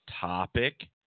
topic